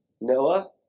Noah